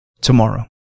tomorrow